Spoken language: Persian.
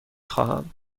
خواهم